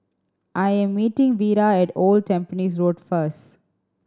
I am meeting Vira at Old Tampines Road first